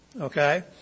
okay